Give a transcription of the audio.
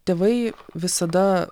tėvai visada